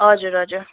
हजुर हजुर